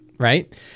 right